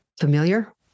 familiar